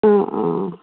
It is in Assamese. অঁ অঁ